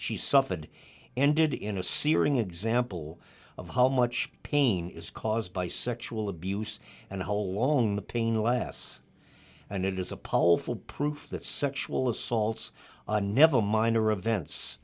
she suffered ended in a searing example of how much pain is caused by sexual abuse and a whole long the pain last and it is a powerful proof that sexual assaults never minor events